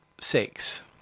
Six